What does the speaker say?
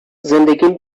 زندگیم